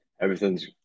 everything's